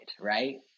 right